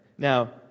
Now